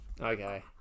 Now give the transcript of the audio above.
Okay